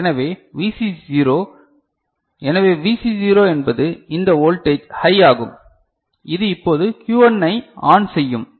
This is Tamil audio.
எனவே VC0 எனவே VC0 என்பது இந்த வோல்டேஜ் ஹை ஆகும் இது இப்போது Q1 ஐ ஆன் செய்யும்